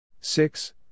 Six